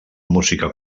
música